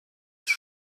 eher